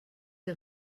der